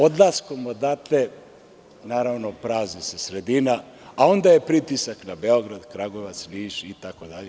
Odlaskom odatle, naravno, prazni se sredina a onda je pritisak na Beograd, Kragujevac, Niš itd.